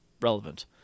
relevant